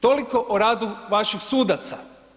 Toliko o radu vaših sudaca.